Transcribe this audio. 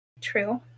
True